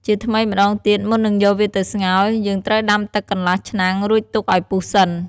ជាថ្មីម្ដងទៀត មុននឹងយកវាទៅស្ងោរ យើងត្រូវដាំទឹកកន្លះឆ្នាំង រួចទុកឱ្យពុះសិន។